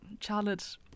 Charlotte